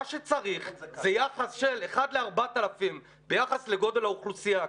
מה שצריך זה יחס של 1 ל-4,000 ביחס לגודל האוכלוסייה,